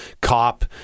cop